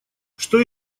что